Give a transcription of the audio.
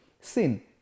sin